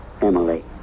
Emily